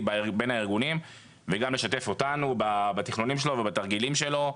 בין הארגונים וגם לשתף אותנו בתכנונים שלו ובתרגילים שלו.